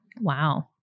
Wow